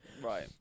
Right